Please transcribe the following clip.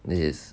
this is